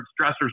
stressors